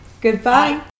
Goodbye